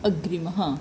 अग्रिमः